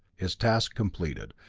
its task completed,